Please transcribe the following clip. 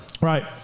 Right